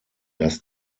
dass